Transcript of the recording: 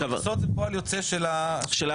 המכסות זה פועל יוצא של ההחלטה.